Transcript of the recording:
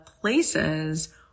places